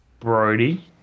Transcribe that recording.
Brody